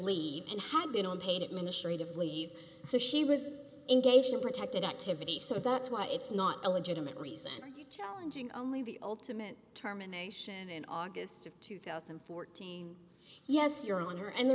leave and had been on paid administrative leave so she was engaged in protected activity so that's why it's not a legitimate reason challenging only be ultimate terminations and in august of two thousand and fourteen yes you're on her and the